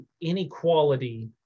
inequality